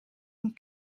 van